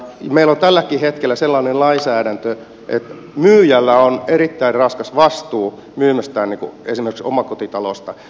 meillä on tälläkin hetkellä sellainen lainsäädäntö että myyjällä on erittäin raskas vastuu esimerkiksi myymästään omakotitalosta